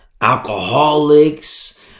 alcoholics